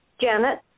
Janet